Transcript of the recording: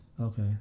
Okay